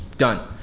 done.